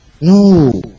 No